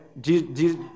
Jesus